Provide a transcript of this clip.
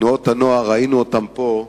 תנועות הנוער, ראינו אותן פה,